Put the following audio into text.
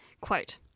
Quote